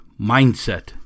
Mindset